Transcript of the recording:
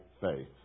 faith